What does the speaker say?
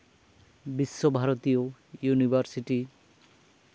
Visva Bharati university